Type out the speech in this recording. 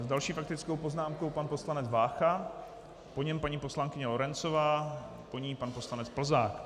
S další faktickou poznámkou pan poslanec Vácha, po něm paní poslankyně Lorencová, po ní pan poslanec Plzák.